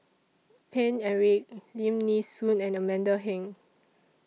Paine Eric Lim Nee Soon and Amanda Heng